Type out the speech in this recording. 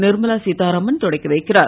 நிர்மலா சீத்தாராமன் தொடக்கி வைத்தார்